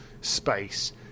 space